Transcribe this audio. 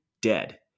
dead